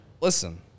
Listen